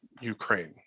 Ukraine